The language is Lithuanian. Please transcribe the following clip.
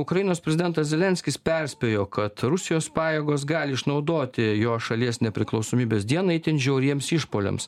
ukrainos prezidentas zelenskis perspėjo kad rusijos pajėgos gali išnaudoti jo šalies nepriklausomybės dieną itin žiauriems išpuoliams